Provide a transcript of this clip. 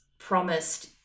promised